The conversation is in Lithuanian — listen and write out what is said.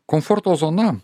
komforto zona